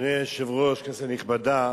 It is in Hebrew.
אדוני היושב-ראש, כנסת נכבדה,